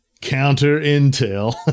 counter-intel